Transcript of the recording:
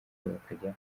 bakajya